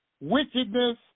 wickedness